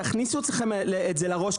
תכניסו לכם את זה לראש,